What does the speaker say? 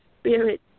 spirit